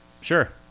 Sure